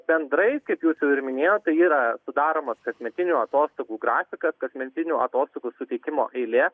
bendrai kaip jūs ir jau minėjote yra sudaromas kasmetinių atostogų grafikas kasmetinių atostogų suteikimo eilė